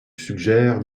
suggère